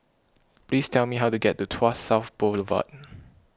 please tell me how to get to Tuas South Boulevard